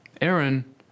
Aaron